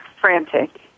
frantic